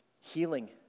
Healing